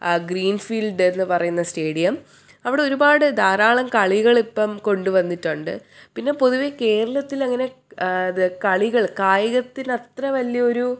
ഗ്രീൻഫീൽഡെന്ന് പറയുന്ന സ്റ്റേഡിയം അവിടൊരുപാട് ധാരാളം കളികളിപ്പം കൊണ്ടു വന്നിട്ടുണ്ട് പിന്നെ പൊതുവെ കേരളത്തിലങ്ങനെ ഇത് കളികൾ കായികത്തിനത്ര വലിയൊരു